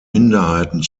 minderheiten